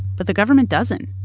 but the government doesn't.